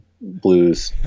blues